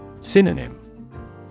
Synonym